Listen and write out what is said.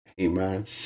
Amen